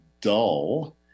dull